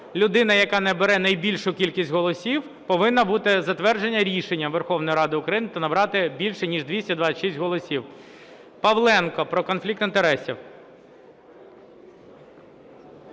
людина, яка набере найбільшу кількість голосів, повинна бути затверджена рішенням Верховної Ради України та набрати більше ніж 226 голосів. Павленко – про конфлікт інтересів.